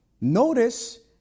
Notice